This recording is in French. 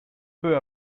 peu